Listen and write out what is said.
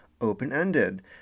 open-ended